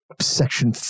section